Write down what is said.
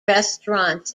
restaurants